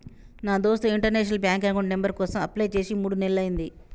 నా దోస్త్ international bank account number కోసం అప్లై చేసి మూడు నెలలయ్యింది